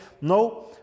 No